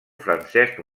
francesc